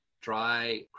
dry